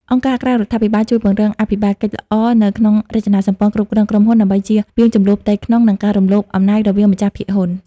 អង្គការក្រៅរដ្ឋាភិបាលជួយពង្រឹងអភិបាលកិច្ចល្អនៅក្នុងរចនាសម្ព័ន្ធគ្រប់គ្រងក្រុមហ៊ុន ដើម្បីជៀសវាងជម្លោះផ្ទៃក្នុង និងការរំលោភអំណាចរវាងម្ចាស់ភាគហ៊ុន។